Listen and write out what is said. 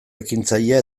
ekintzailea